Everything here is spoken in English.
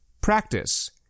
Practice